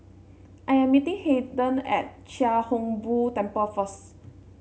I am meeting Harden at Chia Hung Boo Temple first